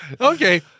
Okay